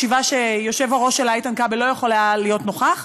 ישיבה שהיושב-ראש שלה איתן כבל לא יכול היה להיות נוכח,